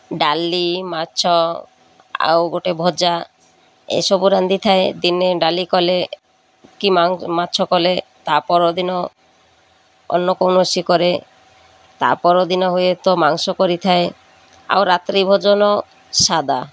ଡାଲି ମାଛ ଆଉ ଗୋଟେ ଭଜା ଏସବୁ ରାନ୍ଧିଥାଏ ଦିନେ ଡାଲି କଲେ କି ମାଛ କଲେ ତା ପର ଦିନ ଅନ୍ୟ କୌଣସି କରେ ତା ପର ଦିନ ହୁଏତ ମାଂସ କରିଥାଏ ଆଉ ରାତ୍ରି ଭୋଜନ ସାଦା